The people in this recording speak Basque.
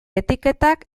etiketak